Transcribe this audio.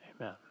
Amen